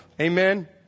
Amen